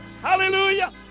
Hallelujah